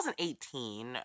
2018